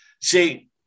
See